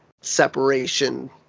separation